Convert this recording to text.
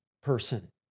person